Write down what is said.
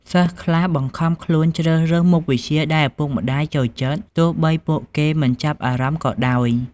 សិស្សខ្លះបង្ខំខ្លួនជ្រើសរើសមុខវិជ្ជាដែលឪពុកម្ដាយចូលចិត្ត ទោះបីពួកគេមិនចាប់អារម្មណ៍ក៏ដោយ។